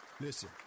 Listen